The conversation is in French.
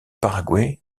paraguay